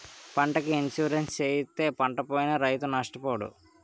పంటకి ఇన్సూరెన్సు చేయిస్తే పంటపోయినా రైతు నష్టపోడు